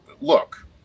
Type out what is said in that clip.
look